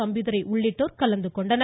தம்பிதுரை உள்ளிட்டோர் இதில் கலந்துகொண்டனர்